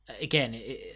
again